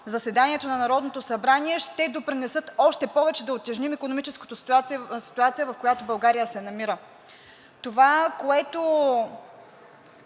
заседанието на Народното събрание, ще допринесат още повече да утежним икономическото ситуация, в която България се намира. Това, което